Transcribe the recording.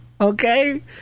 okay